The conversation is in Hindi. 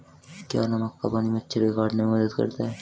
क्या नमक का पानी मच्छर के काटने में मदद करता है?